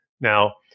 Now